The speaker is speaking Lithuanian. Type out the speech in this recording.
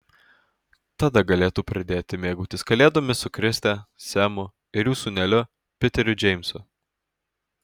tada galėtų pradėti mėgautis kalėdomis su kriste semu ir jų sūneliu piteriu džeimsu